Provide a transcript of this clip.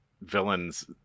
villains